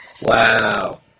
Wow